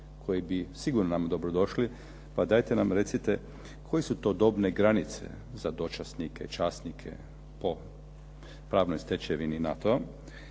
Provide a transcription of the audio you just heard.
koji bi sigurno nam dobrodošli pa dajte nam recite koje su to dobne granice za dočasnike i časnike po pravnoj stečevini NATO-a